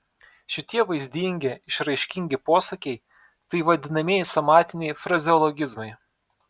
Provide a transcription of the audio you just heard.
šitie vaizdingi išraiškingi posakiai tai vadinamieji somatiniai frazeologizmai